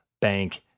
bank